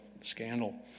Scandal